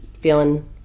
feeling